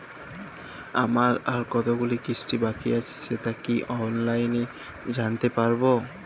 আমার আর কতগুলি কিস্তি বাকী আছে সেটা কি অনলাইনে জানতে পারব?